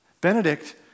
Benedict